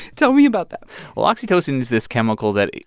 tell me about that well, oxytocin is this chemical that,